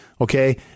Okay